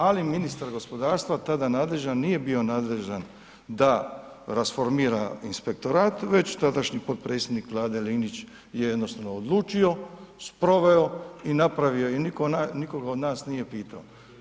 Ali ministar gospodarstva tada nadležan nije bio nadležan da rasformira inspektorat već tadašnji potpredsjednik vlade Linić je jednostavno odlučio, sproveo i napravio i nikoga od nas nije pitao.